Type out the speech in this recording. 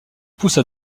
pousse